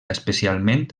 especialment